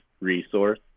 resource